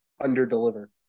under-deliver